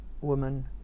woman